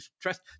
trust